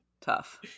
Tough